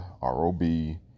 R-O-B